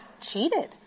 cheated